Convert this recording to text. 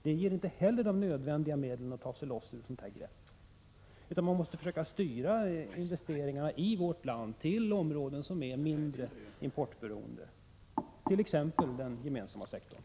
Det ger inte heller de nödvändiga medlen för att ta sig loss ur ett sådant här grepp. Man måste försöka styra investeringarna i vårt land till områden som är mindre importberoende, t.ex. den gemensamma sektorn.